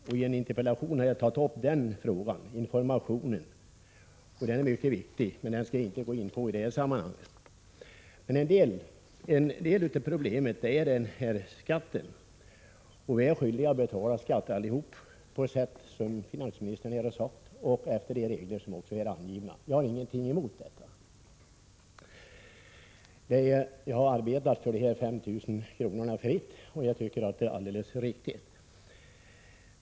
I en interpellation har jag tagit upp frågan om information, vilken är mycket viktig, men den skall jag inte gå in på i detta sammanhang. En del av problemet betingas av skattereglerna. Vi är allihop skyldiga att betala skatt enligt de regler som är angivna och som finansministern här har redogjort för. Jag har ingenting emot de regler som gäller i detta sammanhang. Jag har själv arbetat för att 5 000 kr. skall vara skattefria, och jag tycker att denna regel är helt riktig.